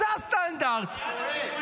אתה טועה,